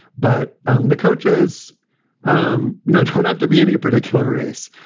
but um the coaches um you know don't have to be any particular race.